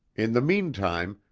in the meantime,